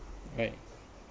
right